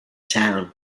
town